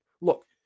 look